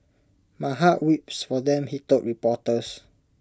my heart weeps for them he told reporters